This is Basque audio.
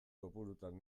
kopurutan